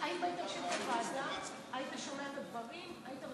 חברי הכנסת, אני לא